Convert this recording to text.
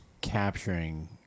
capturing